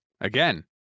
Again